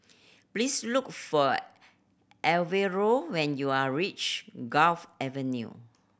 please look for Alvaro when you are reach Gulf Avenue